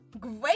Great